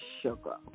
sugar